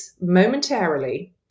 momentarily